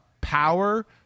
power